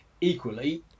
equally